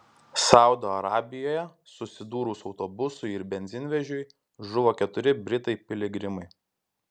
saudo arabijoje susidūrus autobusui ir benzinvežiui žuvo keturi britai piligrimai